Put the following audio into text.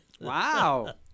Wow